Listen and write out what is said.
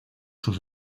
sus